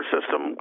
system